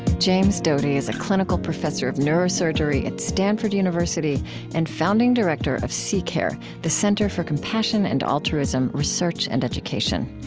james doty is a clinical professor of neurosurgery at stanford university and founding director of ccare, the center for compassion and altruism research and education.